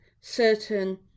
certain